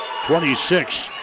26